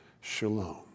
shalom